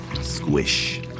Squish